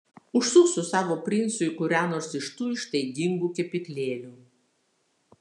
užsuk su savo princu į kurią nors iš tų ištaigingų kepyklėlių